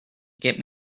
get